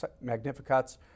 Magnificat's